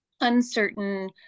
uncertain